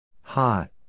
Hot